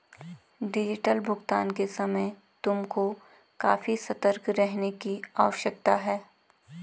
digital भुगतान के समय तुमको काफी सतर्क रहने की आवश्यकता है